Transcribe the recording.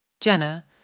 Jenna